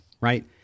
right